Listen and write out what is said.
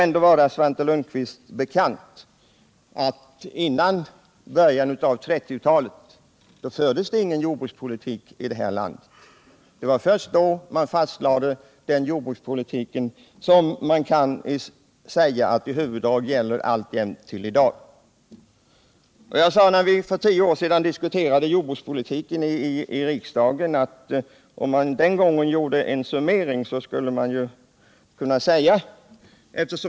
Det bör vara Svante Lundkvist bekant att före början av 1930-talet fanns det ingen jordbrukspolitik i det här landet. Det var först då som man fastlade den jordbrukspolitik som gäller alltjämt i sina huvuddrag. Eftersom det alltid förs in ett partsresonemang i jordbrukspolitiken skulle jag gärna vilja upprepa vad jag för tio år sedan sade i jordbruksdebatten.